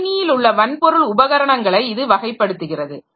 கணினியிலுள்ள வன்பொருள் உபகரணங்களை இது வகைப்படுத்துகிறது